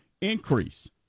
increase